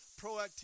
proactivity